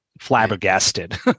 flabbergasted